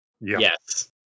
Yes